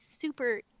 super